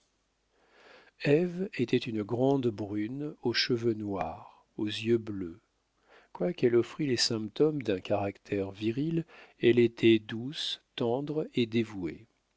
était une grande brune aux cheveux noirs aux yeux bleus quoiqu'elle offrît les symptômes d'un caractère viril elle était douce tendre et dévouée